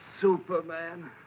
Superman